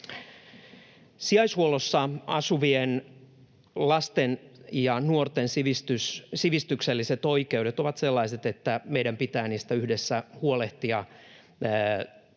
Sijaishuollossa asuvien lasten ja nuorten sivistykselliset oikeudet ovat sellaiset, että meidän pitää niistä yhdessä huolehtia